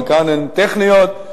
חלקן טכניות,